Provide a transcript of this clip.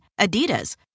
Adidas